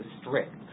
strict